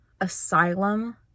asylum